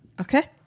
Okay